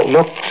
Look